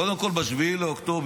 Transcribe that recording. קודם כול, ב-7 באוקטובר